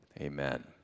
amen